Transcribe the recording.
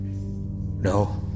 No